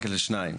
מתחלקת לשניים.